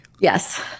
Yes